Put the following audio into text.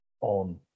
on